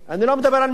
אני לא מדבר על מקלחות.